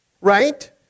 right